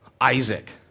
Isaac